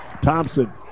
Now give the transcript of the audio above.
Thompson